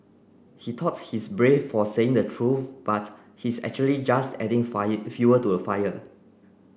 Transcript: he thought he's brave for saying the truth but he's actually just adding fire fuel to the fire